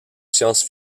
science